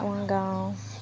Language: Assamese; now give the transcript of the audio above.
আমাৰ গাঁৱৰ